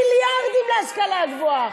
מיליארדים להשכלה הגבוהה.